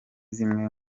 zimwe